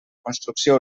construcció